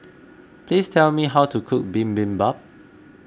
please tell me how to cook Bibimbap